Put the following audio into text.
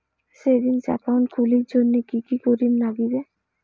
Savings account খুলির জন্যে কি কি করির নাগিবে?